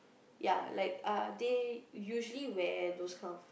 ya like uh they usually wear those kind of